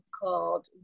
called